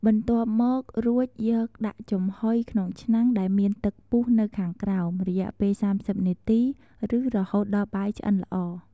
បន្ទាប់មក រួចយកដាក់ចំហុយក្នុងឆ្នាំងដែលមានទឹកពុះនៅខាងក្រោម រយៈពេល៣០នាទីឬរហូតដល់បាយឆ្អិនល្អ។